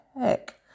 heck